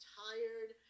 tired